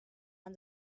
and